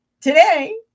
Today